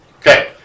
Okay